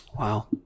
Wow